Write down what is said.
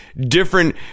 different